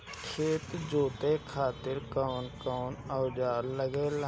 खेत जोते खातीर कउन कउन औजार लागेला?